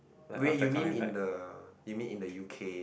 wait you mean in the you mean in the U_K